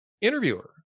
interviewer